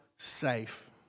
safe